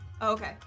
Okay